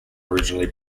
originally